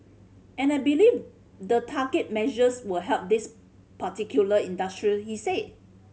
and I believe the targeted measures will help these particular industry he said